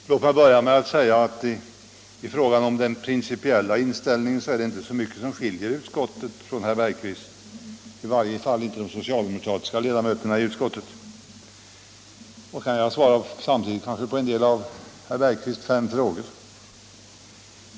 Herr talman! Låt mig börja med att säga att det i den principiella inställningen inte är så mycket som skiljer i varje fall de socialdemokratiska ledamöterna av utskottet från herr Bergqvist. Jag vill sedan svara på en del av herr Bergqvists fem frågor.